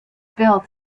built